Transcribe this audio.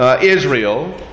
Israel